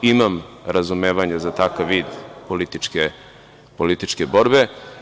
Imam razumevanje za takav vid političke borbe.